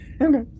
okay